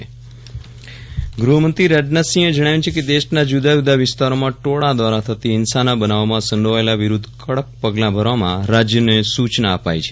વિરલ રાણા ગહમંત્રી ગૃહમંત્રી રાજનાથસિંહે જણાવ્યું છે કે દેશના જુદાજુદા વિસ્તારોમાં ટોળા દ્વારા થતી હિંસાના બનાવોમાં સંડોવાયેલાઓ વિરૂદ્ધ કડક પગલાં ભરવાની રાજયનો સૂચના અપાઇ છે